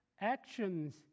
Actions